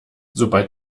sobald